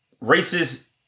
races